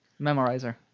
memorizer